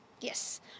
Yes